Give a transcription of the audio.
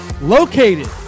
Located